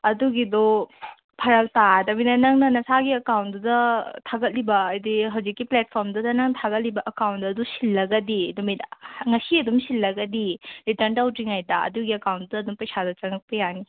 ꯑꯗꯨꯒꯤꯗꯣ ꯐꯔꯛ ꯇꯥꯔꯗꯕꯅꯤꯅ ꯅꯪꯅ ꯅꯁꯥꯒꯤ ꯑꯦꯀꯥꯎꯟꯗꯨꯗ ꯊꯥꯒꯠꯂꯤꯕ ꯍꯥꯏꯗꯤ ꯍꯧꯖꯤꯛꯀꯤ ꯄ꯭ꯂꯦꯠꯐꯣꯝꯗꯨꯗ ꯅꯪꯅ ꯊꯥꯒꯠꯂꯤꯕ ꯑꯦꯀꯥꯎꯟꯗꯣ ꯑꯗꯨ ꯁꯤꯜꯂꯒꯗꯤ ꯅꯨꯃꯤꯠ ꯉꯁꯤ ꯑꯗꯨꯝ ꯁꯤꯜꯂꯒꯗꯤ ꯔꯤꯇꯟ ꯇꯧꯗ꯭ꯔꯤꯉꯩꯗ ꯑꯗꯨꯒꯤ ꯑꯦꯀꯥꯎꯗꯨꯗ ꯑꯗꯨꯝ ꯄꯩꯁꯥꯗꯣ ꯆꯪꯉꯛꯄ ꯌꯥꯅꯤ